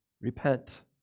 Repent